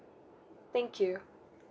thank you